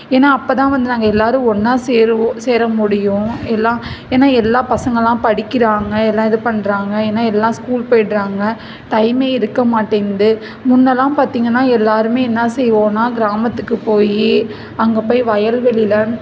ஏன்னா அப்போ தான் வந்து நாங்கள் எல்லாரும் ஒன்றா சேருவோம் சேர முடியும் எல்லாம் ஏன்னா எல்லா பசங்கலாம் படிக்கிறாங்கள் எல்லாம் இது பண்ணுறாங்க ஏன்னா எல்லாம் ஸ்கூல் போயிட்றாங்க டைமே இருக்க மாட்டேங்குது முன்னேல்லாம் பார்த்திங்கன்னா எல்லாருமே என்ன செய்வோம்னா கிராமத்துக்கு போய் அங்கே போய் வயல்வெளியில